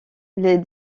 les